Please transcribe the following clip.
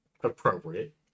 appropriate